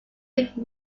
big